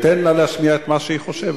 תן לה להשמיע את מה שהיא חושבת.